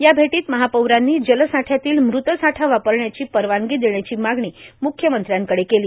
या भेटीत महापौरांनी जलसाठ्यातील मृत साठा वापरण्याची परवानगी देण्याची मागणी मुख्यमंत्र्यांकडे केली